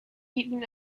eton